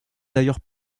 d’ailleurs